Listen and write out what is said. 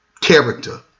character